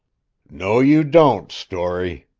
no you don't, storey,